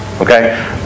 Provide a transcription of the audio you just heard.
Okay